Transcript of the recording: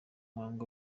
muhango